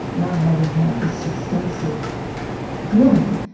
not having had this extensive healing,